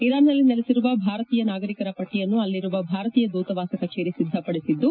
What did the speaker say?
ಇರಾನ್ನಲ್ಲಿ ನೆಲೆಸಿರುವ ಭಾರತೀಯ ನಾಗರಿಕರ ಪಟ್ಟಯನ್ನು ಅಲ್ಲಿರುವ ಭಾರತೀಯ ದೂತವಾಸ ಕಚೇರಿ ಸಿದ್ಧಪಡಿಸಿದ್ದು